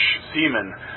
seamen